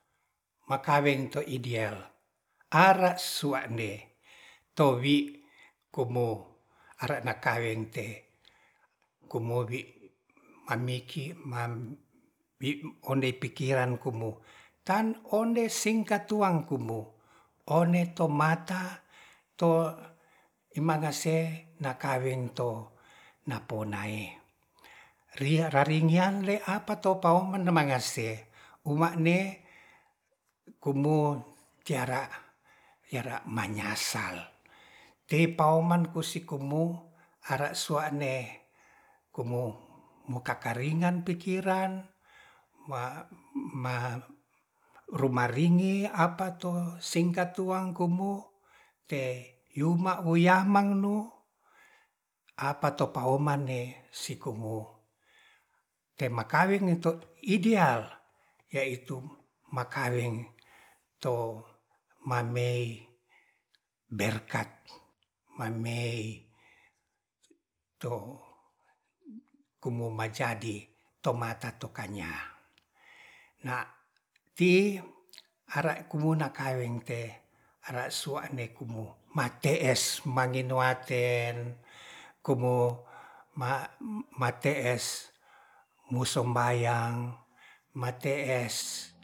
Makaweng to idial ara towi are na kaweng te kumowi mamiki ma ondei pikiran kumu tan ondei singkat tuang kumu one to mata to mangase na kaweng to na ponae ria raringgiang le apato pawoman mangase uma ne kumu tiara manyasal tepaoman tusikumu ara sua'ne kumu mukakaringan pikiran ma-ma rumaringi apato singkat tuang kumu te yuma wuyamang nu apato pa oman ne sikumu temakaweng to idial yaitu makaweng to mamei berkat mamei to kumomajadi tomata to kanyana ti ara kumuna kaweng te ara sua'ne ma te'es mangenoaten kumu ma-ma te'se musombayang mate'es